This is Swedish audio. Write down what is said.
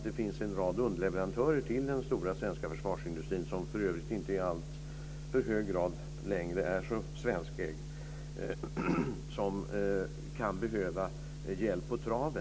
Det finns ju en rad underleverantörer till den stora svenska försvarsindustrin, som för övrigt inte i alltför hög grad längre är så svenskägd, som kan behöva hjälp på traven.